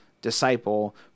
disciple